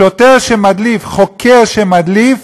שוטר שמדליף, חוקר שמדליף,